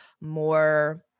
more